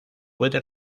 puede